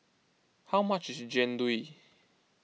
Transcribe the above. how much is Jian Dui